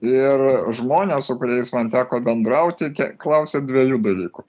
ir žmonės su kuriais man teko bendrauti kiek klausia dviejų dalykų